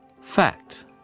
Fact